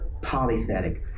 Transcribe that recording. polythetic